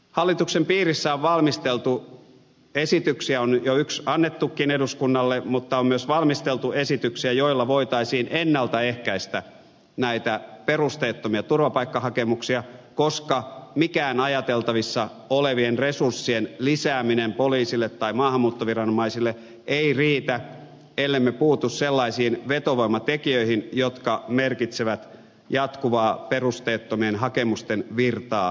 hallituksen piirissä on valmisteltu esityksiä on jo yksi annettukin eduskunnalle mutta on myös valmisteltu esityksiä joilla voitaisiin ennaltaehkäistä näitä perusteettomia turvapaikkahakemuksia koska mikään ajateltavissa olevien resurssien lisääminen poliisille tai maahanmuuttoviranomaisille ei riitä ellemme puutu sellaisiin vetovoimatekijöihin jotka merkitsevät jatkuvaa perusteettomien hakemusten virtaa suomeen